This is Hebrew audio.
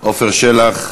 עפר שלח.